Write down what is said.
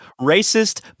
racist